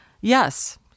Yes